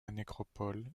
nécropole